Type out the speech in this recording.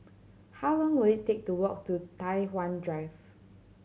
how long will it take to walk to Tai Hwan Drive